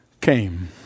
came